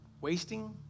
wasting